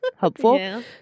helpful